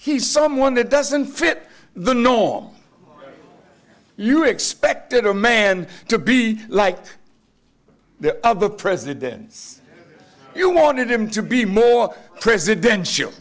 he's someone that doesn't fit the norm you expected a man to be like the of the president's you wanted him to be more presidential